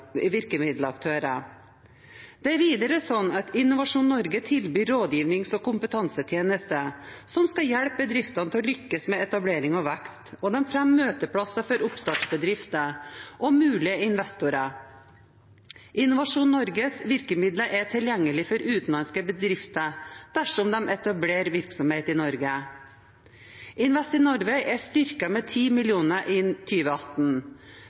virkemiddelaktører. Det er videre slik at Innovasjon Norge tilbyr rådgivnings- og kompetansetjenester som skal hjelpe bedrifter til å lykkes med etablering og vekst, og de fremmer møteplasser for oppstartbedrifter og mulige investorer. Innovasjon Norges virkemidler er tilgjengelige for utenlandske bedrifter dersom de etablerer virksomhet i Norge. Invest in Norway er styrket med